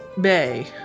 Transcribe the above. bay